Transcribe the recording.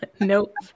Nope